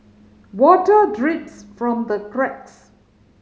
water drips from the cracks